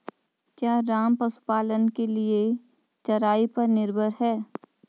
क्या राम पशुपालन के लिए चराई पर निर्भर है?